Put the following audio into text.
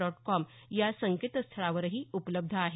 dot com या संकेतस्थळावरही उपलब्ध आहे